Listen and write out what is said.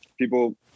people